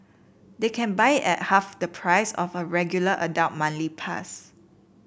they can buy it half the price of her regular adult manly pass